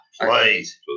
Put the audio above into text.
Please